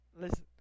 Listen